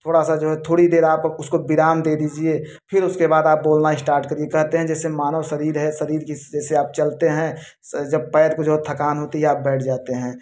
थोड़ा सा जो है थोड़ी देर आप अप उसको विराम दे दीजिए फिर उसके बाद आप बोलना इस्टार्ट करिए कहते हैं जैसे मानव शरीर है शरीर जिस जैसे आप चलते हैं स जब पैर को जब थकान होती है आप बैठ जाते हैं